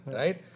right